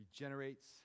regenerates